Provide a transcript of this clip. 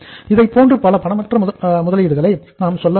இதைப் போன்று பல பணமற்ற முதலீடுகளை நாம் சொல்ல முடியும்